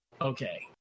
Okay